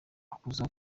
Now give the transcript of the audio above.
ukuza